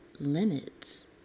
limits